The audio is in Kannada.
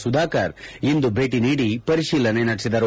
ಸುಧಾಕರ್ ಇಂದು ಭೇಟಿ ನೀಡಿ ಪರಿಶೀಲನೆ ನಡೆಸಿದರು